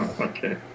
Okay